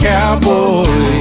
Cowboy